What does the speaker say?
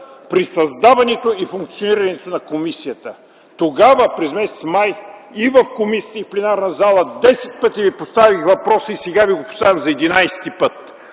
при създаването и функционирането на комисията. Тогава, през м. май – и в комисията, и в пленарна зала, десет пъти ви поставих въпроса, сега ви го поставям за 11 път: